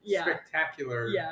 spectacular